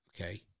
okay